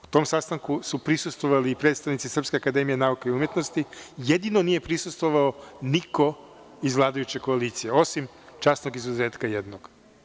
Tom sastanku su prisustvovali predstavnici Srpske akademije nauka i umetnosti, jedino nije prisustvova niko iz vladajuće koalicije osim časnog izuzetka jednog.